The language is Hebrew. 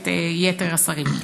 ואת יתר השרים.